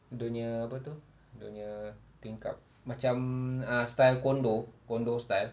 dia punya apa itu dia punya tingkap macam ah style condo condo style